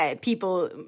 people